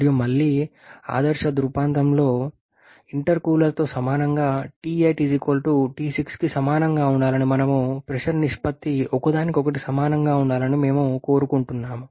మరియు మళ్ళీ ఆదర్శ దృష్టాంతంలో ఇంటర్కూలర్తో సమానంగా T8 T6కి సమానంగా ఉండాలని మరియు ప్రెషర్ నిష్పత్తి ఒకదానికొకటి సమానంగా ఉండాలని మేము కోరుకుంటున్నాము